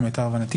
למיטב הבנתי,